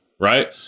right